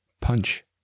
Punch